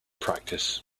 practice